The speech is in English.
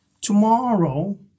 Tomorrow